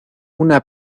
una